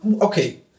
okay